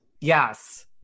Yes